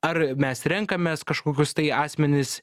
ar mes renkamės kažkokius tai asmenis